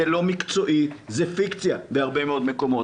זה לא מקצועי, זה פיקציה בהרבה מאוד מקומית.